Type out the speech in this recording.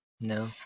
No